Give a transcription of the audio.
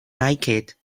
naked